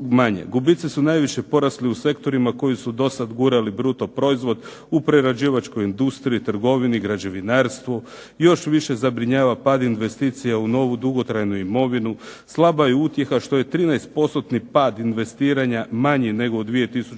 manje. Gubici su najviše porasli u sektorima koji su do sada gurali bruto proizvod u prerađivačkoj industriji, trgovini, građevinarstvu. Još više zabrinjava pad investicija u novu dugotrajnu imovinu. Slaba je utjeha što je 13% pad investiranja manje nego u 2008.